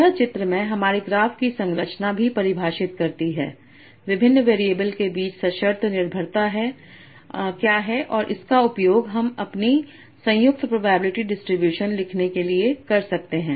यह चित्रमय हमारे ग्राफ की संरचना भी परिभाषित करती है विभिन्न वेरिएबल के बीच सशर्त निर्भरता क्या है और इसका उपयोग हम अपनी संयुक्त प्रोबेबिलिटी डिस्ट्रीब्यूशन लिखने के लिए कर सकते हैं